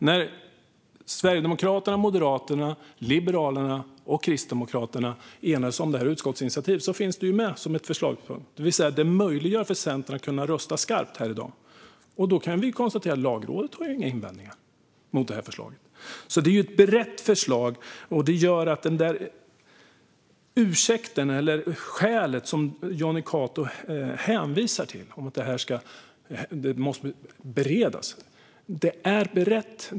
Sedan Sverigedemokraterna, Moderaterna, Liberalerna och Kristdemokraterna enats om detta utskottsinitiativ finns det med som en förslagspunkt. Detta möjliggör alltså för Centern att rösta skarpt här i dag. Vi kan konstatera att Lagrådet inte har några invändningar mot förslaget. Det är alltså ett berett förslag. När det gäller den ursäkt eller det skäl som Jonny Cato hänvisar till - att det måste beredas - vill jag alltså påpeka: Det är berett.